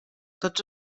tots